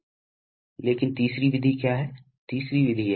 तो यह एक रेसिप्रोकेटिंग प्रकार का कंप्रेसर तंत्र है